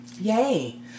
yay